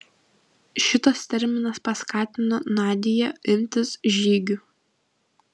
šitas terminas paskatino nadią imtis žygių